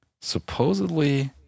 Supposedly